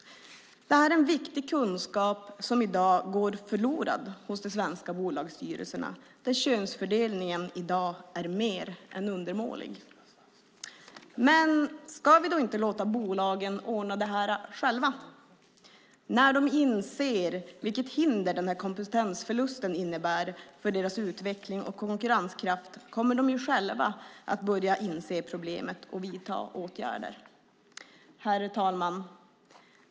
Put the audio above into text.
Det är en viktig kunskap som i dag går förlorad hos de svenska bolagsstyrelserna där könsfördelningen i dag är mer än undermålig. Ska vi då inte låta bolagen ordna det här själva? När de inser vilket hinder den där kompetensförlusten innebär för deras utveckling och konkurrenskraft kommer de ju själva att börja inse problemet och vidta åtgärder. Herr talman!